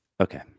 Okay